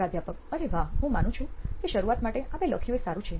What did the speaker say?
પ્રાધ્યાપક અરે વાહ હું માનું છું કે શરૂઆત માટે આપે લખ્યું એ સારું છે